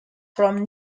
from